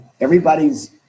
Everybody's